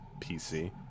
PC